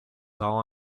all